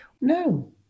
No